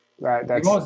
Right